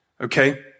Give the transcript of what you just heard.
Okay